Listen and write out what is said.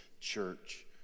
church